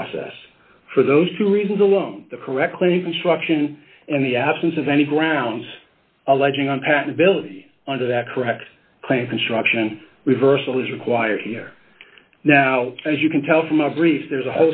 process for those two reasons alone the correct claim construction and the absence of any grounds alleging on patent built under that correct claim construction reversal is required here now as you can tell from my brief there's a